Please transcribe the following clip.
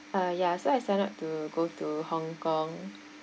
uh ya so I sign up to go to hong kong